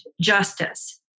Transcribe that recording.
justice